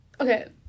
okay